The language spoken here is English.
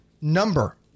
number